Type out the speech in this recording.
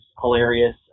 hilarious